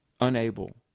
unable